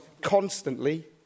constantly